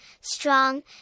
strong